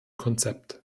konzept